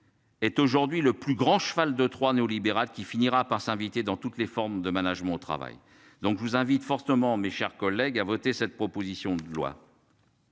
Est aujourd'hui le plus grand cheval de Troie néolibéral qui finira par s'inviter dans toutes les formes de management au travail donc je vous invite fortement mes chers collègues à voter cette proposition de loi.